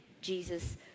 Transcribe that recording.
Jesus